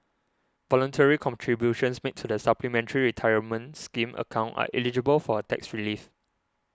voluntary contributions made to the Supplementary Retirement Scheme account are eligible for a tax relief